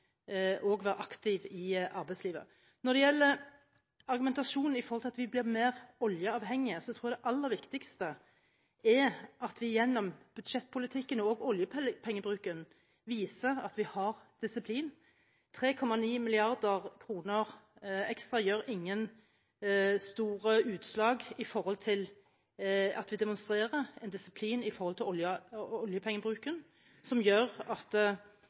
også være aktiv i arbeidslivet. Når det gjelder argumentasjonen om at vi blir mer oljeavhengig, tror jeg det aller viktigste er at vi gjennom budsjettpolitikken og oljepengebruken viser at vi har disiplin. 3,9 mrd. kr ekstra gjør ingen store utslag når det gjelder å demonstrere disiplin knyttet til oljepengebruken, noe som gjør at